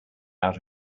out